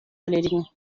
erledigen